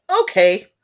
Okay